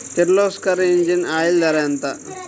Kirloskar engine oil ధర ఎంత?